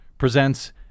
presents